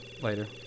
later